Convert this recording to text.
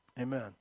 Amen